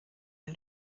den